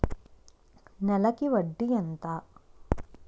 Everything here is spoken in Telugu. నెలకి వడ్డీ ఎంత?